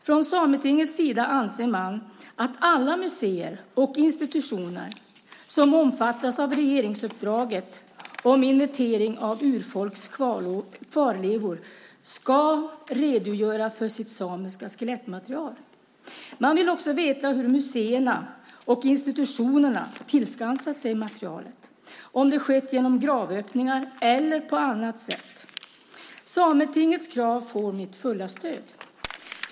Från Sametingets sida anser man att alla museer och institutioner som omfattas av regeringsuppdraget om inventering av urfolks kvarlevor ska redogöra för sitt samiska skelettmaterial. Man vill också veta hur museerna och institutionerna har tillskansat sig materialet, om det skett genom gravöppningar eller på annat sätt. Sametingets krav får mitt fulla stöd.